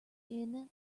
innit